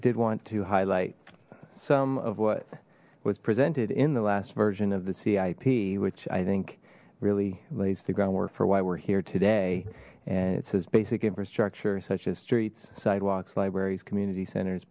did want to highlight some of what was presented in the last version of the cip which i think really lays the groundwork for why we're here today and it says basic infrastructure such as streets sidewalks libraries community centers